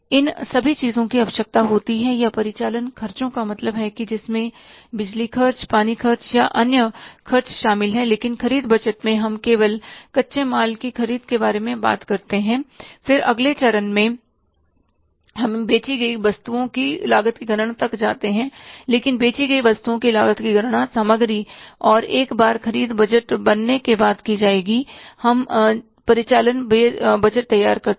इन सभी चीजों की आवश्यकता होती है या परिचालन खर्चों का मतलब है जिसमें बिजली खर्च पानी खर्च या अन्य खर्च शामिल हैं लेकिन ख़रीद बजट में हम केवल कच्चे माल की ख़रीद के बारे में बात करते हैं और फिर अगले चरण में हम बेची गई वस्तुओं की लागत की गणना तक जाते हैं लेकिन बेची गई वस्तुओं की लागत की गणना सामग्री और एक बार ख़रीद बजट बनने के बाद की जाएगी हम परिचालन व्यय बजट तैयार करते हैं